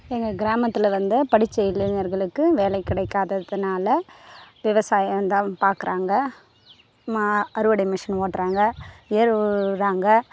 எங்கள் கிராமத்தில் வந்து படித்த இளைஞர்களுக்கு வேலை கிடைக்காததுனால விவசாயம்தான் பார்க்குறாங்க ம அறுவடை மிஷின் ஓட்டுறாங்க ஏர் உழுறாங்க